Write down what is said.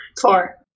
Four